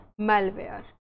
malware